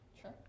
Sure